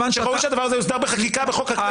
שראוי שהדבר הזה יוסדר בחקיקה בחוק הכנסת.